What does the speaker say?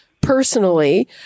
personally